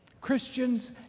Christians